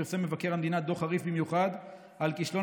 פרסם מבקר המדינה דוח חריף במיוחד על כישלון